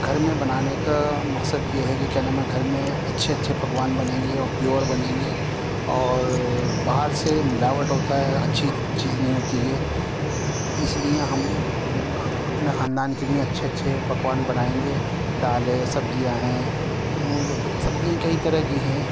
گھر میں بنانے کا مقصد یہ ہے کہ کیا نام ہے کہ گھر میں اچھے اچھے پکوان بنیں گے اور پیور بنیں گے اور باہر سے ملاوٹ ہوتا ہے اچھی چیز نہیں ہوتی ہے اس لیے ہم اپنے خاندان کے لیے اچھے اچھے پکوان بنائیں گے دال ہے سبزیاں ہیں سبزیاں کئی طرح کی ہیں